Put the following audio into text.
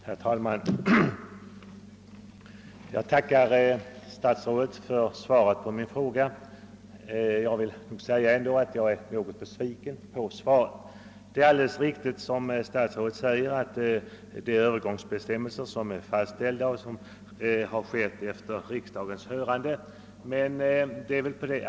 Herr talman! Jag tackar statsrådet för svaret på min fråga, men jag vill samtidigt säga att jag är något besviken på svaret. Det är alldeles riktigt som statsrådet säger att övergångsbestämmelserna har fastställts efter riksdagens hörande.